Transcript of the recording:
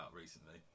recently